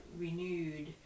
renewed